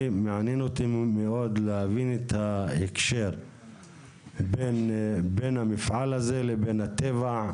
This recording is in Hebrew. מעניין אותי מאוד להבין את ההקשר בין המפעל הזה לבין הטבע,